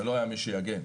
ולא היה מי שיגן.